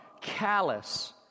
callous